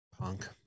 Punk